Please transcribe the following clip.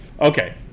okay